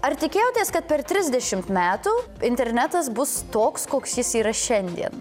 ar tikėjotės kad per trisdešimt metų internetas bus toks koks jis yra šiandien